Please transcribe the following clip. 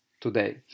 today